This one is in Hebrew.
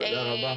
תודה רבה.